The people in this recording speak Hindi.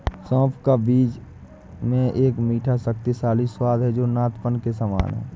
सौंफ का बीज में एक मीठा, शक्तिशाली स्वाद है जो नद्यपान के समान है